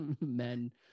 Men